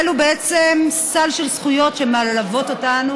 זה בעצם סל של זכויות שמלוות אותנו